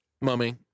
Mummy